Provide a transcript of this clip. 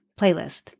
playlist